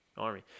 army